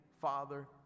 Father